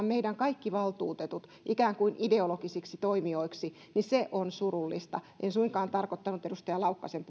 meidän kaikki valtuutetut ikään kuin ideologisiksi toimijoiksi on surullista en suinkaan tarkoittanut edustaja laukkasen